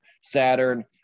Saturn